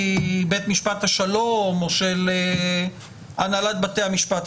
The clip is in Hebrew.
בית משפט השלום או של הנהלת בתי המשפט,